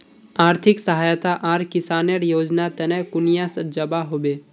आर्थिक सहायता आर किसानेर योजना तने कुनियाँ जबा होबे?